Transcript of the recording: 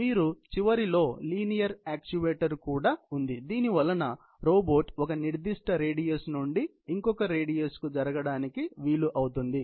మీకు చివరిలో linear actuator కూడా ఉంది దీనివలన రోబోట్ ఒక నిర్దిష్ట రేడియస్ నుండి ఇంకొక రేడియస్ కు జరగడానికి వీలు అవుతుంది